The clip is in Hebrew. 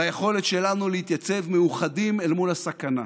ליכולת שלנו להתייצב מאוחדים אל מול הסכנה.